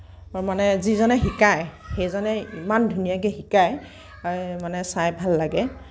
মানে যিজনে শিকাই সেইজনে ইমান ধুনীয়াকে শিকাই মানে চাই ভাল লাগে